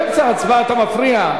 באמצע ההצבעה אתה מפריע?